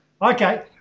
Okay